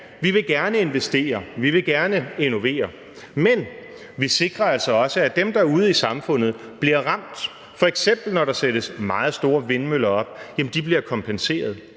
vi vil gerne innovere, men hvor vi altså også sikrer, at dem, der ude i samfundet bliver ramt, f.eks. når der sættes meget store vindmøller op, bliver kompenseret.